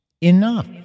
enough